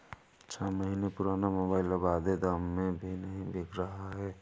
छह महीने पुराना मोबाइल अब आधे दाम में भी नही बिक रहा है